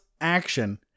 action